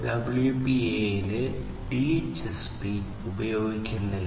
6LoWPAN ൽ DHCP ഉപയോഗിക്കുന്നില്ല